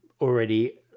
already